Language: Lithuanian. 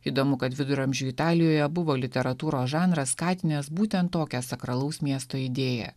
įdomu kad viduramžių italijoje buvo literatūros žanras skatinęs būtent tokią sakralaus miesto idėją